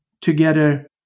together